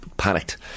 panicked